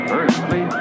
Firstly